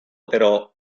però